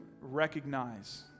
recognize